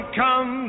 come